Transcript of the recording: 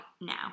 now